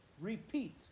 Repeat